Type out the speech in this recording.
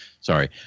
sorry